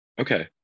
Okay